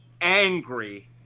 angry